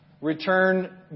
return